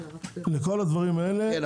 לכל הדברים האלה -- כן,